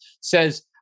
says-